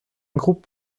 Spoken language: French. groupe